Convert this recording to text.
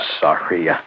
sorry